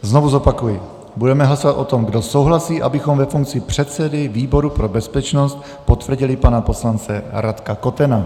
Znovu zopakuji, budeme hlasovat o tom, kdo souhlasí, abychom ve funkci předsedy výboru pro bezpečnost potvrdili pana poslance Radka Kotena.